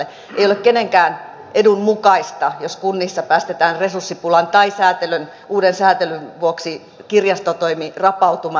ei ole kenenkään edun mukaista jos kunnissa päästetään resurssipulan tai uuden säätelyn vuoksi kirjastotoimi rapautumaan